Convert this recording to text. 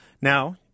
Now